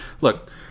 look